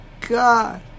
God